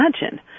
imagine